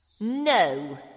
No